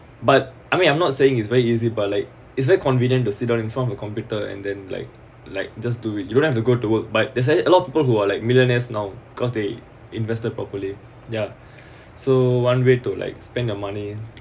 but I mean I'm not saying it's very easy but like it's very convenient to sit down in front of a computer and then like like just do it you don't have to go to work but there's a lot of people who are like millionaires now cause they invested properly ya so one way to like spend your money